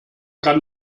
kann